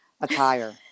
attire